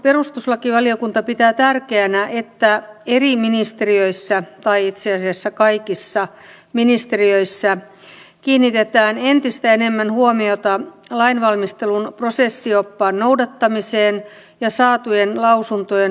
perustuslakivaliokunta pitää tärkeänä että eri ministeriöissä tai itse asiassa kaikissa ministeriöissä kiinnitetään entistä enemmän huomiota lainvalmistelun prosessioppaan noudattamiseen ja saatujen lausuntojen huomioonottamiseen